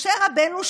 משה רבנו,